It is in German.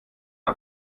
der